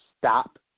stop